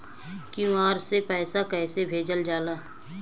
QR से पैसा कैसे भेजल जाला?